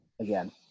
again